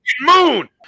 Moon